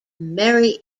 merry